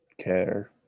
care